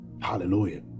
hallelujah